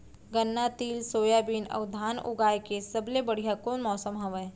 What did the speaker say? गन्ना, तिल, सोयाबीन अऊ धान उगाए के सबले बढ़िया कोन मौसम हवये?